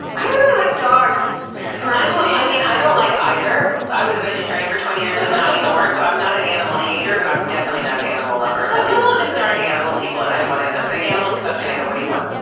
i don't know. i like dogs personally. i mean, i don't like either. i was a vegetarian for twenty years and i'm not anymore, so i'm not an animal hater, but i'm definitely not an animal lover. some people just aren't animal people and i'm one of them. animals come up to me and i go, what do you want?